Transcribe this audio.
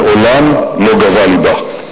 מעולם לא גבה לבה.